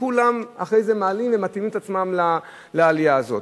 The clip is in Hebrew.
כולם אחרי זה מעלים ומתאימים את עצמם לעלייה הזאת.